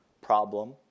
problem